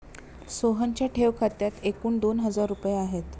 सोहनच्या ठेव खात्यात एकूण दोन हजार रुपये आहेत